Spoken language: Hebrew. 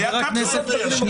זה היה המצב --- שנייה,